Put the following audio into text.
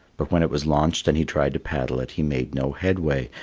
but when it was launched and he tried to paddle it, he made no headway,